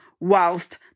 whilst